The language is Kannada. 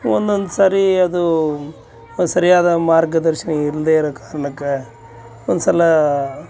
ಒಂದೊಂದ್ ಸರ್ತಿ ಅದೂ ಸರಿಯಾದ ಮಾರ್ಗದರ್ಶನ ಇಲ್ಲದೇ ಇರೋ ಕಾರಣಕ್ಕ ಒಂದ್ಸಲಾ